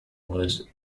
was